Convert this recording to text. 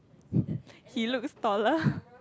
he looks taller